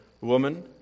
Woman